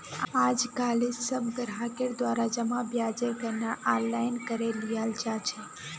आजकालित सब ग्राहकेर द्वारा जमा ब्याजेर गणनार आनलाइन करे लियाल जा छेक